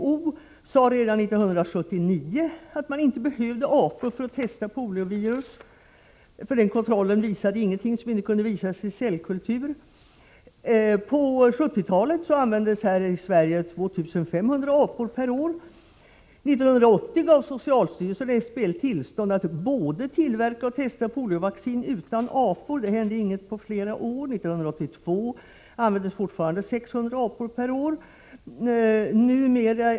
WHO sade redan 1979 att man inte behövde apor för att testa poliovirus, eftersom denna kontroll inte visade någonting som inte kunde visas i cellkultur. På 1970-talet användes här i Sverige 2 500 apor per år. 1980 gav socialstyrelsen SBL tillstånd att tillverka och testa poliovaccin utan apor. Det hände ingenting på flera år. 1982 användes fortfarande 600 apor per år.